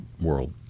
world